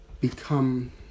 become